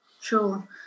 Sure